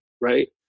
right